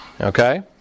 Okay